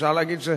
אפשר להגיד,